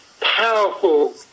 powerful